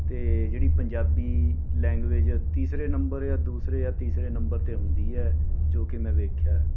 ਅਤੇ ਜਿਹੜੀ ਪੰਜਾਬੀ ਲੈਂਗਜੂਏਜ ਤੀਸਰੇ ਨੰਬਰ ਜਾਂ ਦੂਸਰੇ ਜਾਂ ਤੀਸਰੇ ਨੰਬਰ 'ਤੇ ਹੁੰਦੀ ਹੈ ਜੋ ਕਿ ਮੈਂ ਵੇਖਿਆ ਹੈ